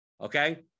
Okay